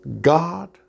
God